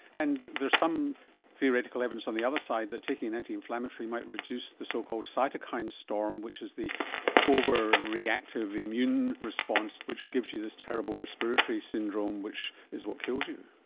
and there is some theoretical evidence on the other side that taking an anti-inflammatory might reduce the so-called cytokine storm which is the overreactive immune response which gives you this terrible respiratory syndrome which is what kills you.